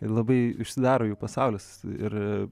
ir labai užsidaro jų pasaulis ir